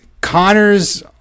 Connors